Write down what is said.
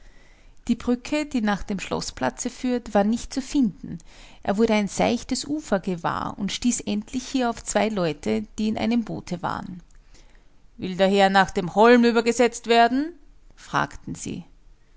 die brücke die nach dem schloßplatze führt war nicht zu finden er wurde ein seichtes ufer gewahr und stieß endlich hier auf zwei leute die in einem boote waren will der herr nach dem holm übergesetzt werden fragten sie